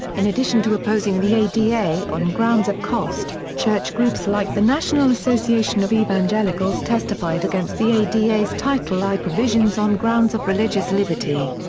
in addition to opposing the ada on grounds of cost, church groups like the national association of evangelicals testified against the ada's title i provisions on grounds of religious liberty.